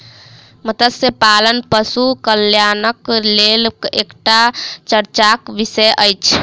मत्स्य पालन पशु कल्याणक लेल एकटा चर्चाक विषय अछि